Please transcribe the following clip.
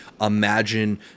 imagine